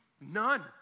None